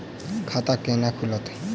खाता केना खुलत?